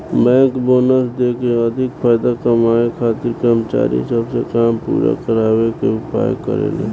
bank bonus देके अधिका फायदा कमाए खातिर कर्मचारी सब से काम पूरा करावे के उपाय करेले